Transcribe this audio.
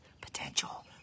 potential